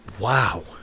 Wow